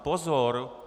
Pozor!